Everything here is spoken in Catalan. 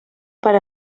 per